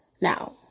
Now